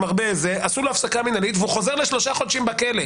עשו לו הפסקה מינהלית והוא חוזר לשלושה חודשים בכלא.